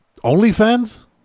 OnlyFans